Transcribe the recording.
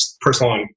personal